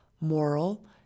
moral